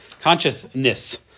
consciousness